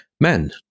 men